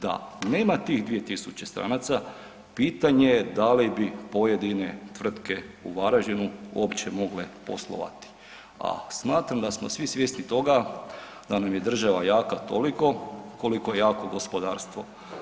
Da nema tih 2000 stranaca, pitanje je da li bi pojedine tvrtke u Varaždinu uopće mogle poslovati a smatram da smo svi svjesni toga da nam je država jaka toliko koliko je jako gospodarstvo.